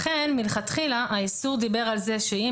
לכן מלכתחילה האיסור דיבר על זה שאם